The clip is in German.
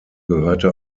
gehörte